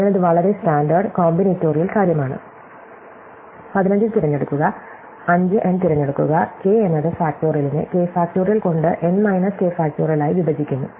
അതിനാൽ ഇത് വളരെ സ്റ്റാൻഡേർഡ് കോമ്പിനേറ്റോറിയൽ standard combinatorial കാര്യമാണ് 15 തിരഞ്ഞെടുക്കുക 5 n തിരഞ്ഞെടുക്കുക k എന്നത് ഫാക്റ്റോറിയലിനെ k ഫാക്റ്റോറിയൽ കൊണ്ട് n മൈനസ് കെ ഫാക്റ്റോറിയലായി വിഭജിക്കുന്നു